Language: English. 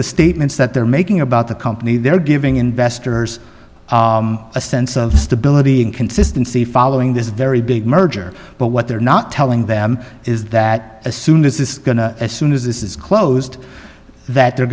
the statements that they're making about the company they're giving investors a sense of stability and consistency following this very big merger but what they're not telling them is that as soon as this as soon as this is closed that they're